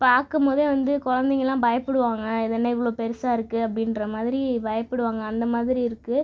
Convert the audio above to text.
பார்க்கும் போதே வந்து குழந்தைங்கலாம் பயப்புடுவாங்க இது என்ன இவ்வளோ பெருசாக இருக்குது அப்படின்ற மாதிரி பயப்புடுவாங்கள் அந்த மாதிரி இருக்குது